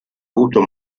avuto